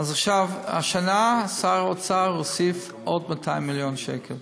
השנה שר האוצר הוסיף עוד 200 מיליון שקל,